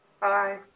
Bye